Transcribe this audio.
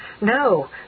No